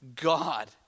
God